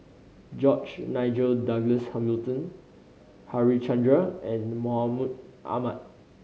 George Nigel Douglas Hamilton Harichandra and Mahmud Ahmad